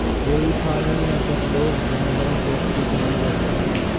dairy farming में कुछ लोग जानवरों को अच्छे से नहीं रख पाते